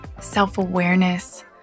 self-awareness